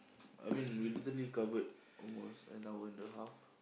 I mean we literally covered almost an hour and a half